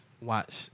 watch